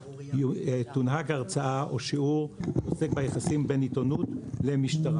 תונהג הרצאה או שיעור שעוסק ביחסים בין עיתונות למשטרה,